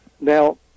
Now